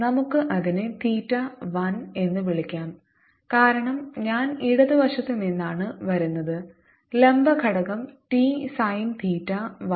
നമുക്ക് അതിനെ തീറ്റ 1 എന്ന് വിളിക്കാം കാരണം ഞാൻ ഇടതുവശത്ത് നിന്നാണ് വരുന്നത് ലംബ ഘടകം T സൈൻ തീറ്റ 1